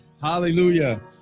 Hallelujah